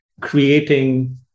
creating